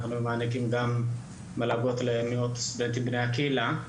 אנחנו מעניקים גם מלגות לסטודנטים בני הקהילה.